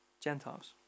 Gentiles